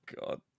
god